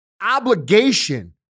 obligation